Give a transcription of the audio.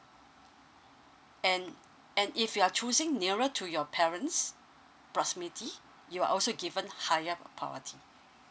and and if you are choosing nearer to your parents proximity you are also given higher priority